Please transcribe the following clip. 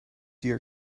your